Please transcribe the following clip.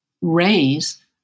raise